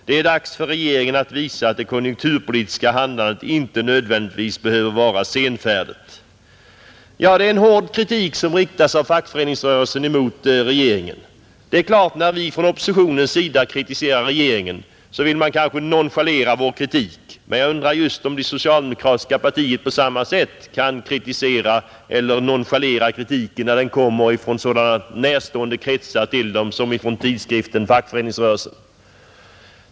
Det är dags för regeringen att visa att det konjunkturpolitiska handlandet inte nödvändigtvis behöver vara senfärdigt.” Det är en hård kritik som riktas av Fackföreningsrörelsen mot regeringen. När vi från oppositionens sida kritiserar regeringen vill man kanske nonchalera vår kritik. Men jag undrar just om det socialdemokratiska partiet på samma sätt kan nonchalera kritiken när den kommer från sådana partiet närstående kretsar som tidskriften Fackföreningsrörelsen.